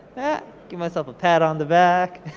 yeah give myself a pat on the back.